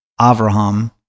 Avraham